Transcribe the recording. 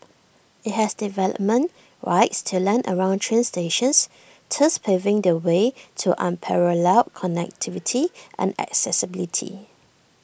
IT has development rights to land around train stations thus paving the way to unparalleled connectivity and accessibility